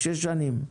שש שנים.